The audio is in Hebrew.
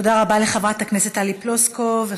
תודה רבה לחברת הכנסת טלי פלוסקוב.